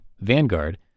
Vanguard